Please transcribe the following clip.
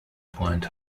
point